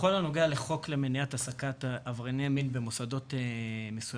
בכל הנוגע לחוק למניעת העסקת עברייני מין במוסדות מסוימים,